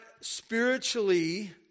spiritually